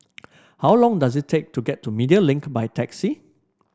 how long does it take to get to Media Link by taxi